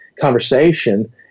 conversation